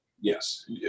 Yes